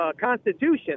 Constitution